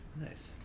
Nice